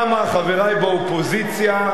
חברי באופוזיציה,